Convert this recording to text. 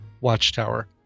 Watchtower